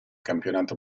campionato